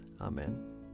Amen